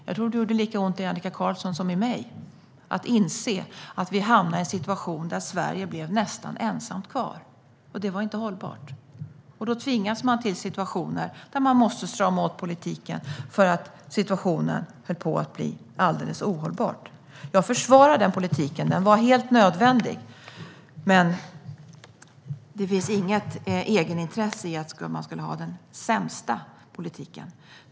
Jag tror att det gjorde lika ont i Annika Qarlsson som i mig att vi hamnade i en situation där Sverige blev nästan ensamt kvar. Det var inte hållbart. Då tvingades man att strama åt politiken därför att situationen höll på att bli alldeles ohållbar. Jag försvarar den politiken - den var helt nödvändig. Det finns inget egenintresse i att ha den sämsta politiken.